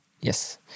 Yes